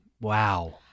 Wow